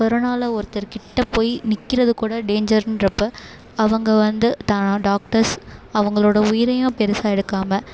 கொரோனாவில ஒருத்தருக்கிட்ட போய் நிற்கிறது கூட டேஞ்சர்ன்றப்ப அவங்க வந்து தான் டாக்டர்ஸ் அவங்களோட உயிரையும் பெருசாக எடுக்காமல்